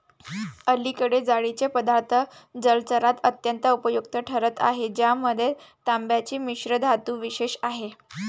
अलीकडे जाळीचे पदार्थ जलचरात अत्यंत उपयुक्त ठरत आहेत ज्यामध्ये तांब्याची मिश्रधातू विशेष आहे